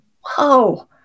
Whoa